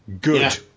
good